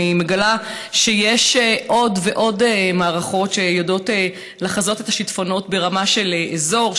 אני מגלה שיש עוד ועוד מערכות שיודעות לחזות את השיטפונות ברמה של אזור,